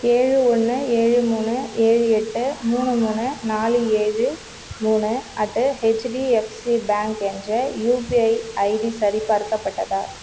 ஏழு ஒன்று ஏழு மூணு ஏழு எட்டு மூணு மூணு நாலு ஏழு மூணு அட் ஹெச்டிஎஃப்சி பேங்க் என்ற யுபிஐ ஐடி சரிபார்க்கப்பட்டதா